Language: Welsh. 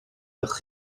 gewch